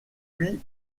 puis